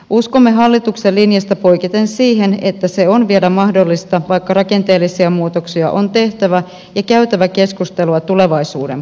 uskomme hallituksen linjasta poiketen siihen että se on vielä mahdollista vaikka on tehtävä rakenteellisia muutoksia ja käytävä keskustelua tulevaisuuden palveluista